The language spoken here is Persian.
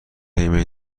ایمنی